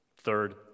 Third